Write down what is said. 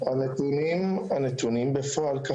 הנתונים בפועל.